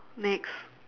next